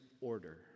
order